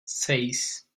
seis